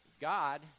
God